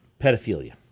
pedophilia